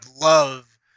love